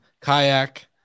kayak